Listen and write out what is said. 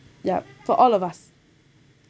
yup for all of us